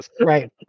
Right